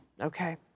Okay